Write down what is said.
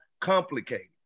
complicated